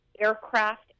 aircraft